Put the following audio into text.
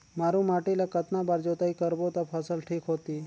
मारू माटी ला कतना बार जुताई करबो ता फसल ठीक होती?